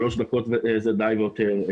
שלוש דקות זה די והותר.